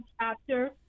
chapter